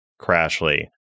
Crashly